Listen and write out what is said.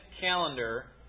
calendar